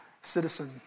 citizen